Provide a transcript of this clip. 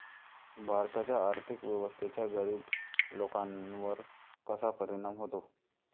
भारताच्या आर्थिक व्यवस्थेचा गरीब लोकांवर कसा परिणाम होतो?